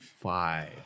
Five